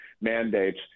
mandates